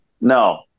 No